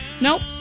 Nope